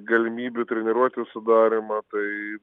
galimybių treniruočių sudarymą tai